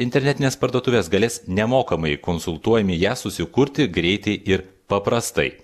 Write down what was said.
internetinės parduotuvės galės nemokamai konsultuojami ją susikurti greitai ir paprastai